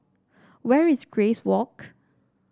where is Grace Walk